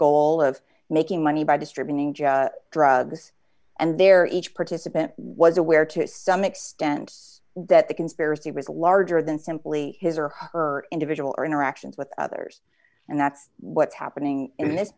goal of making money by distributing drugs and their each participant was aware to some extent that the conspiracy was larger than simply his or her individual interactions with others and that's what's happening in this